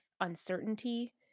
uncertainty